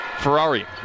Ferrari